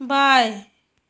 बाएं